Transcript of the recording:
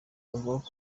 bavuga